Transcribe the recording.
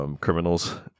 Criminals